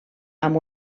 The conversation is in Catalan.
amb